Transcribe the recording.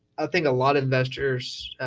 i think a lot of investors,